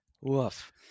woof